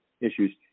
issues